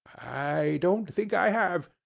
i don't think i have,